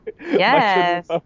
Yes